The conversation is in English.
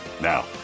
Now